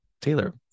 Taylor